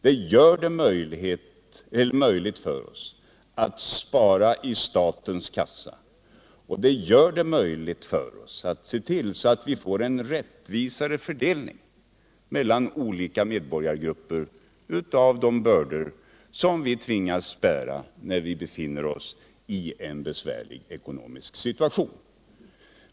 Det gör det möjligt för oss att spara i statens kassa, och det gör det möjligt för oss att se till att vi får en rättvisare fördelning mellan olika medborgargrupper av de bördor som vi tvingas bära i en besvärlig ekonomisk situation.